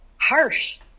harsh